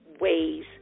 ways